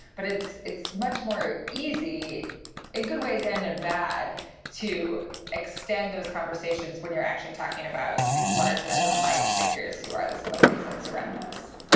but it's it's much more easy in good ways and and bad to extend those conversations when you're actually talking about these larger than life figures who are the celebrities that surround us.